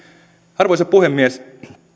arvoisa puhemies